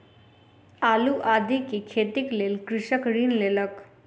आलू आदि के खेतीक लेल कृषक ऋण लेलक